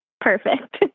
perfect